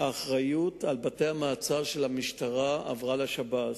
האחריות לבתי-המעצר של המשטרה עברה לשב"ס.